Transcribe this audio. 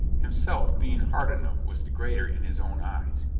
himself, being hard enough, was the greater in his own eyes.